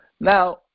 now